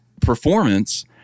performance